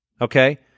okay